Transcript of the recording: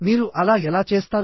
మీరు అలా ఎలా చేస్తారు